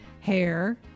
hair